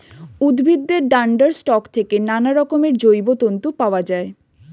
উদ্ভিদের ডান্ডার স্টক থেকে নানারকমের জৈব তন্তু পাওয়া যায়